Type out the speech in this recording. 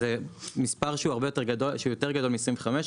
המספר יותר גדול מ-25,